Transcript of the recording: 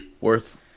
worth